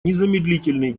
незамедлительные